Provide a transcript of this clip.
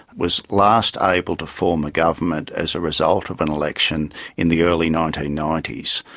was last able to form a government as a result of an election in the early nineteen ninety s.